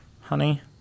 honey